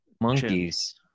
Monkeys